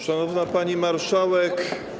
Szanowna Pani Marszałek!